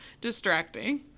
distracting